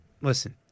listen